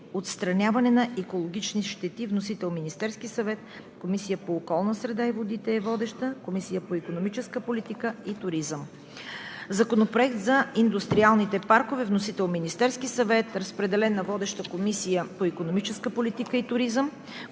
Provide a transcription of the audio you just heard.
отстраняването на екологични щети. Вносител е Министерският съвет. Водеща е Комисията по околната среда и водите. Разпределен е на Комисията по икономическа политика и туризъм. Законопроект за Индустриалните паркове. Вносител е Министерският съвет. Разпределен е на водещата Комисия по икономическа политика и туризъм,